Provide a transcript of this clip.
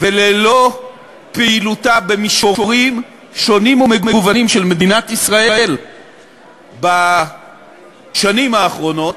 וללא פעילותה במישורים שונים ומגוונים של מדינת ישראל בשנים האחרונות,